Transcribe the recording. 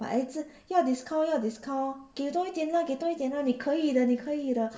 but 他一直要 discount 要 discount 给多一点 leh 给多一点 leh 你可以的你可以的